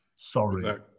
Sorry